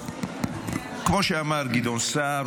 כמו שאמר גדעון סער,